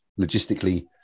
logistically